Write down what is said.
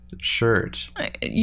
shirt